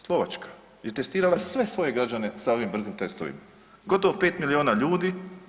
Slovačka je testirala sve svoje građane sa ovim brzim testovima, gotovo 5 milijuna ljudi.